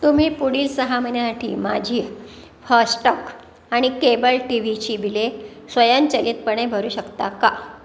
तुम्ही पुढील सहा महिन्यासाठी माझी फाश्टॉक आणि केबल टी व्हीची बिले स्वयंचलितपणे भरू शकता का